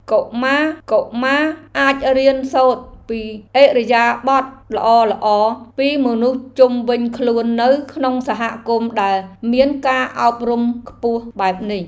កុមារៗអាចរៀនសូត្រពីឥរិយាបថល្អៗពីមនុស្សជុំវិញខ្លួននៅក្នុងសហគមន៍ដែលមានការអប់រំខ្ពស់បែបនេះ។